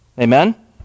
Amen